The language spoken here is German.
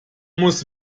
muss